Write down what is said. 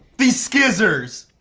these s-cissors.